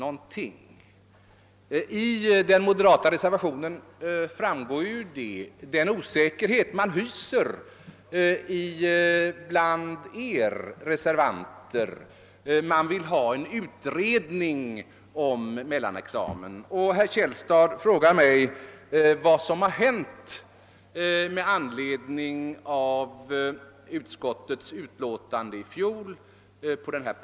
Av den moderata reservationen framgår den osäkerhet man hyser bland er reservanter. Man vill ha en utredning om mellanexamen, och herr Källstad frågar mig vad som hänt med anledning av utskottets utlåtande i fjol om denna sak.